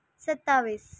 ستاٮٔیس